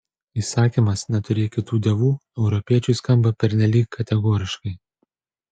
įsakymas neturėk kitų dievų europiečiui skamba pernelyg kategoriškai